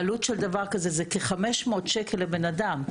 העלות של דבר כזה היא כ-500 שקל לבן אדם,